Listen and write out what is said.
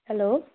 hello